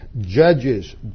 Judges